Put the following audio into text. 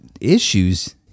issues